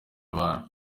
abana